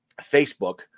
Facebook